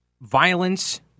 violence